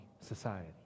society